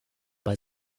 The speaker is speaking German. bei